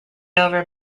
over